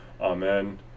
Amen